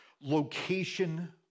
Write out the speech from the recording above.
Location-